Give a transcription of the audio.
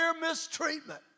mistreatment